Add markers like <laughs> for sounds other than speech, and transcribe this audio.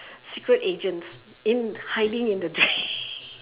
secret agents in hiding in the drain <laughs>